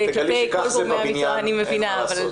כך זה בבניין, אין מה לעשות.